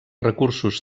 recursos